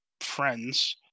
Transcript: friends